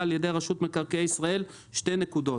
על-ידי רשות מקרקעי ישראל - 2 נקודות,